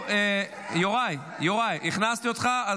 יוראי, הכנסתי אותך.